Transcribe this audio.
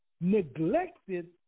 neglected